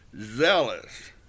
zealous